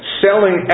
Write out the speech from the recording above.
selling